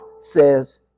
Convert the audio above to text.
says